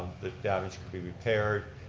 the damage could be repaired.